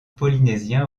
polynésien